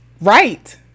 Right